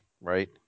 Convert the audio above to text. right